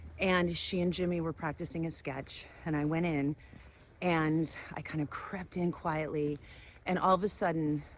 and she and jimmy were practicing a sketch and i went in and i kind of crept in quietly and, all of a sudden,